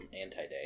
anti-day